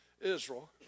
Israel